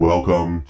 Welcome